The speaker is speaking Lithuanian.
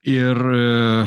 ir a